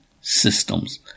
systems